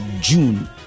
June